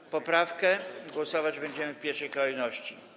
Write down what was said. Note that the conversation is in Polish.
Nad poprawką głosować będziemy w pierwszej kolejności.